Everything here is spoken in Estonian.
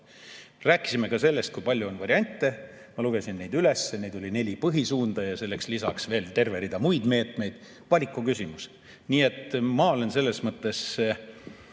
Rääkisin ka sellest, kui palju on variante. Ma lugesin need üles, oli neli põhisuunda ja lisaks veel terve rida muid meetmeid. Valiku küsimus! Nii et ma olen selles mõttes